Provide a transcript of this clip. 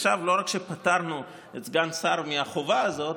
עכשיו לא רק שפטרנו את סגן השר מהחובה הזאת,